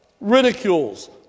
ridicules